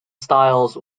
styles